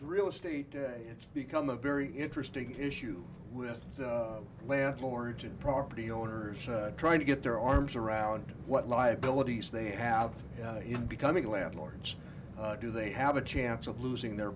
real estate it's become a very interesting issue with landlords and property owners trying to get their arms around what liabilities they have in becoming landlords do they have a chance of losing their